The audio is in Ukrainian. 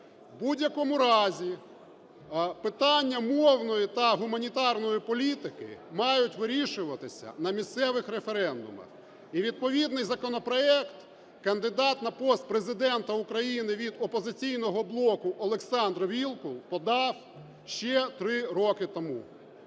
В будь-якому разі питання мовної та гуманітарної політики мають вирішуватися на місцевих референдумах, і відповідний законопроект кандидат на пост Президента України від "Опозиційного блоку" Олександр Вілкул подав ще 3 роки тому.